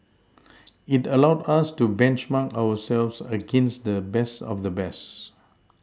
it allowed us to benchmark ourselves against the best of the best